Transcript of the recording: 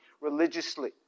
religiously